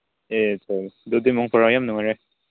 ꯑꯦ ꯑꯗꯨꯗꯤ ꯃꯪ ꯐꯔꯣ ꯌꯥꯝ ꯅꯨꯡꯉꯥꯏꯔꯦ